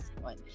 one